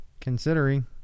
considering